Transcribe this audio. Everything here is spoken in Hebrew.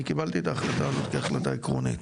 אני קיבלתי את ההחלטה הזאת כהחלטה עקרונית.